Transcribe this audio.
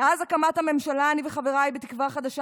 מאז הקמת הממשלה אני וחבריי בתקווה חדשה